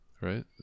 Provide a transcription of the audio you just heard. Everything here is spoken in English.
right